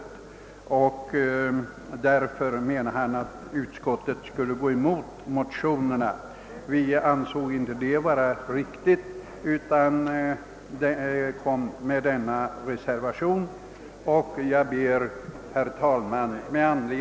Han menade därför att utskottet borde gå emot motionärerna. Vi ansåg inte detta vara riktigt, utan avgav reservationen I.